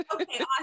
Okay